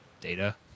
data